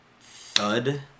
thud